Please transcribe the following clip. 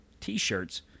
t-shirts